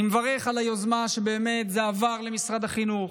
אני מברך על היוזמה, ובאמת זה עבר למשרד החינוך,